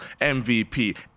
MVP